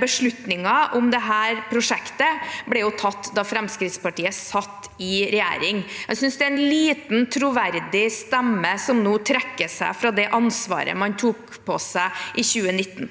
beslutningen om dette prosjektet ble tatt da Fremskrittspartiet satt i regjering. Jeg synes det er en lite troverdig stemme som nå trekker seg fra det ansvaret man påtok seg i 2019.